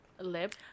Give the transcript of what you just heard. lip